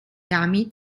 damit